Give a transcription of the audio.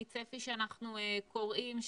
מצפי שאנחנו קוראים,